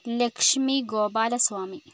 Lakshmi Gopalaswamy